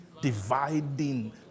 dividing